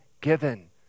given